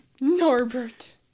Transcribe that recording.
Norbert